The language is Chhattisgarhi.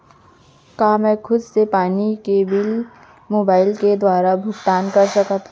का मैं खुद से पानी के बिल मोबाईल के दुवारा भुगतान कर सकथव?